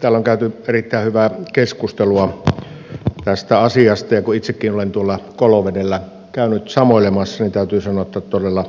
täällä on käyty erittäin hyvää keskustelua tästä asiasta ja kun itsekin olen tuolla kolovedellä käynyt samoilemassa niin täytyy sanoa että todella